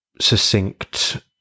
succinct